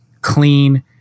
clean